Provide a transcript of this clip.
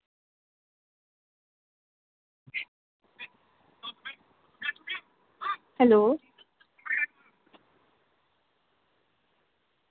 hello